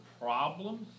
problems